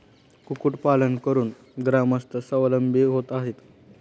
कुक्कुटपालन करून ग्रामस्थ स्वावलंबी होत आहेत